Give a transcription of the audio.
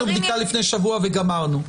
עשינו בדיקה לפני שבוע וגמרנו.